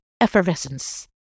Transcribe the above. effervescence